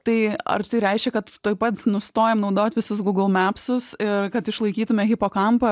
tai ar tai reiškia kad tuoj pat nustojam naudot visus google mepsus ir kad išlaikytume hipokampą